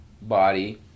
body